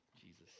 Jesus